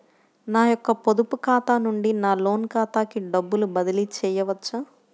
నా యొక్క పొదుపు ఖాతా నుండి నా లోన్ ఖాతాకి డబ్బులు బదిలీ చేయవచ్చా?